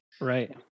Right